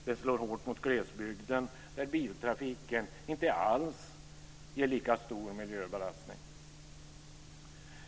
Det slår hårt mot glesbygden, där biltrafiken inte alls ger lika stor miljöbelastning.